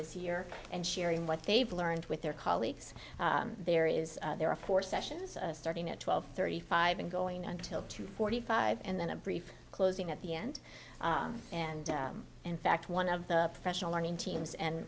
this year and sharing what they've learned with their colleagues there is there are four sessions starting at twelve thirty five and going until two forty five and then a brief closing at the end and in fact one of the professional learning teams and